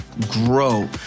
grow